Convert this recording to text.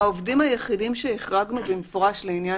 העובדים היחידים שהחרגנו במפורש לעניין